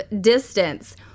distance